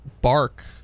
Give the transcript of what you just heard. bark